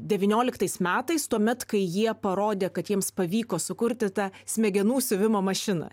devynioliktais metais tuomet kai jie parodė kad jiems pavyko sukurti tą smegenų siuvimo mašiną